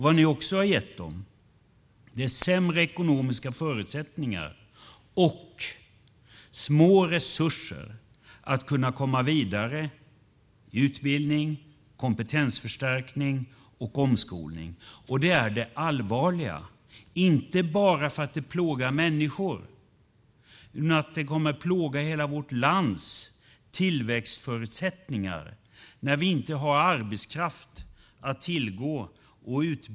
Vad ni också gett dessa är sämre ekonomiska förutsättningar och små resurser för att kunna komma vidare i utbildning, kompetensförstärkning och omskolning. Det är det allvarliga, men inte bara därför att det plågar människor utan också därför att det kommer att plåga hela vårt lands tillväxtförutsättningar när vi inte har utbildad arbetskraft att tillgå.